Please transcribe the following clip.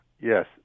Yes